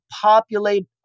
populate